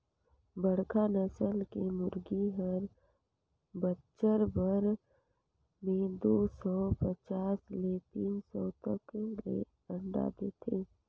बड़खा नसल के मुरगी हर बच्छर भर में दू सौ पचास ले तीन सौ तक ले अंडा देथे